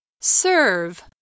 serve